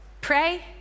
Pray